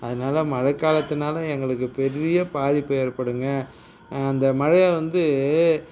அதனால் மழை காலத்துனால் எங்களுக்கு பெரிய பாதிப்பு ஏற்படுதுங்க அந்த மழையை வந்து